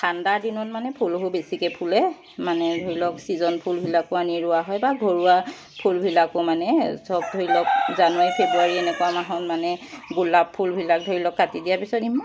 ঠাণ্ডাৰ দিনত মানে ফুলবোৰ বেছিকৈ ফুলে মানে ধৰি লওক চিজন ফুলবিলাকো আনি ৰোৱা হয় বা ঘৰুৱা ফুলবিলাকো মানে চব ধৰি লওক জানুৱাৰী ফেব্ৰুৱাৰী এনেকুৱা মাহত মানে গোলাপ ফুলবিলাক ধৰি লওক কাটি দিয়া পিছত ইমান